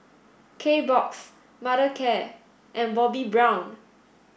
Kbox Mothercare and Bobbi Brown